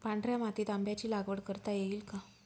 पांढऱ्या मातीत आंब्याची लागवड करता येईल का?